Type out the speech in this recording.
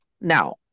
Now